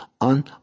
on